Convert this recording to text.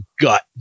gut